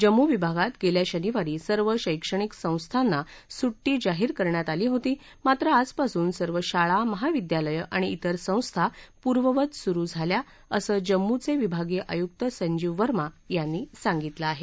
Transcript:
जम्मू विभागात गेल्या शनिवारी सर्व शैक्षणिक संस्थांना सुट्टी जाहीर करण्यात होती मात्र आजपासून सर्व शाळा महाविद्यालय आणि त्रिर संस्था पूर्ववत सुरु झाल्या असं जम्मूचे विभागीय आयुक्त संजीव वर्मा यांनी सांगितलं आहे